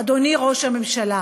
אדוני ראש הממשלה,